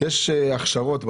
יש הכשרות.